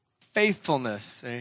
faithfulness